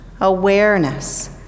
awareness